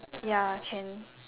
ya can